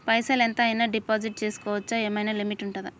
పైసల్ ఎంత అయినా డిపాజిట్ చేస్కోవచ్చా? ఏమైనా లిమిట్ ఉంటదా?